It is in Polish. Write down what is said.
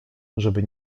żeby